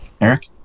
Eric